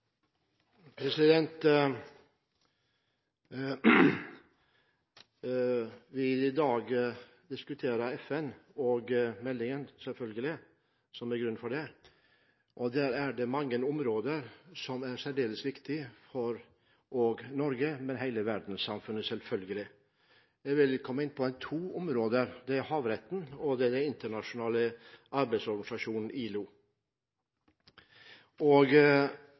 I dag diskuterer vi FN, og meldingen som ligger til grunn for det. Der er det mange områder som er særdeles viktige for Norge, men selvfølgelig også for hele verdenssamfunnet. Jeg vil komme inn på to områder: havretten og den internasjonale arbeidsorganisasjonen ILO.